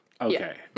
okay